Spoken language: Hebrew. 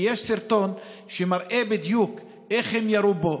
כי יש סרטון שמראה בדיוק איך הם יורים בו,